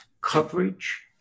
coverage